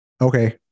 Okay